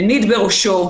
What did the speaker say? מניד בראשו,